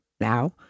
now